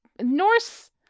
Norse